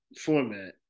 format